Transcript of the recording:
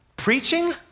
Preaching